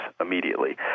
immediately